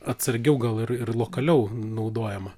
atsargiau gal ir ir lokaliau naudojama